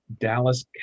Dallas